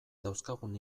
dauzkagun